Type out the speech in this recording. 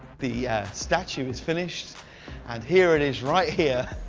the statue is finish and here it is right here